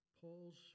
Paul's